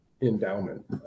endowment